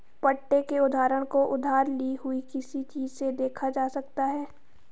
पट्टे के उदाहरण को उधार ली हुई किसी चीज़ से देखा जा सकता है